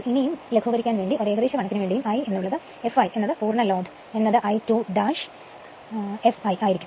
ഇനി ലഘുവത്കരിക്കാൻ വേണ്ടിയും ഒരു ഏകദേശ കണക്കിന് വേണ്ടിയും I എന്നുള്ളത് fl മുഴുവൻ ലോഡ് I2 ' f1 ആയിരിക്കും